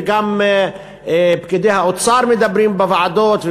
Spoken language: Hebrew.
וגם פקידי האוצר מדברים בוועדות,